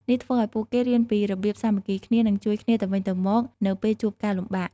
នេះធ្វើឲ្យពួកគេរៀនពីរបៀបសាមគ្គីគ្នា និងជួយគ្នាទៅវិញទៅមកនៅពេលជួបការលំបាក។